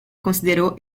consideró